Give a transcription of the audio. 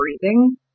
breathing